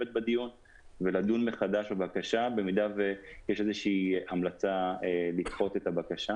בדיון ולדון מחדש בבקשה במידה ויש איזו שהיא המלצה לדחות את הבקשה.